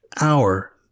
hour